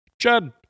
Chad